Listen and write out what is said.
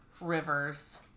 Rivers